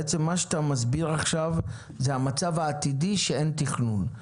בעצם מה שאתה מסביר עכשיו זה המצב העתידי שאין תכנון.